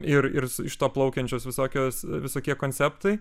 ir ir iš to plaukiančios visokios visokie konceptai